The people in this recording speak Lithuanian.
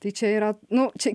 tai čia yra nu čia